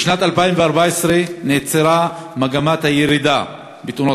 בשנת 2014 נעצרה מגמת הירידה בתאונות